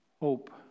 Hope